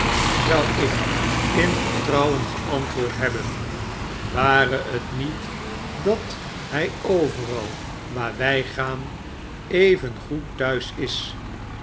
zou ik in vertrouwen geantwoord hebben ware t niet dat hy overal waar wjj gaan even goed t'huis is